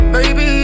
Baby